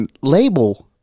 label